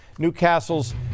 Newcastle's